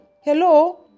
Hello